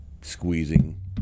squeezing